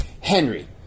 Henry